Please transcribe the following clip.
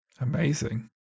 Amazing